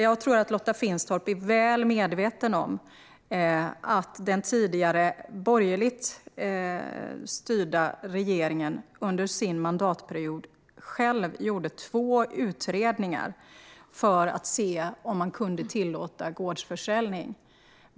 Jag tror att Lotta Finstorp är väl medveten om att den tidigare borgerligt styrda regeringen under sin mandatperiod själv lät göra två utredningar för att se om man kunde tillåta gårdsförsäljning.